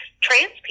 trans